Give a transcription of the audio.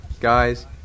guys